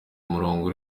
umurongo